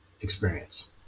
experience